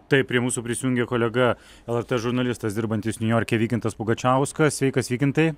taip prie mūsų prisijungė kolega lrt žurnalistas dirbantis niujorke vykintas pugačiauskas sveikas vykintai